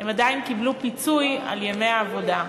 הם עדיין קיבלו פיצוי על ימי העבודה.